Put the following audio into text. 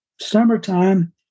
Summertime